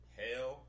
hell